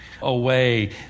away